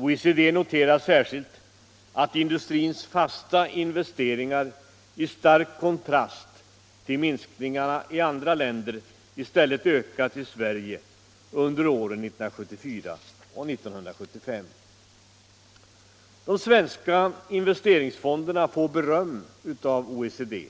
OECD noterar särskilt att industrins fasta investeringar i stark kontrast till minskningarna i andra länder i stället ökat i Sverige under åren 1974 och 1975. De svenska investeringsfonderna får beröm av OECD.